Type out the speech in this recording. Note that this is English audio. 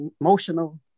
emotional